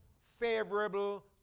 favorable